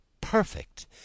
perfect